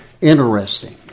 interesting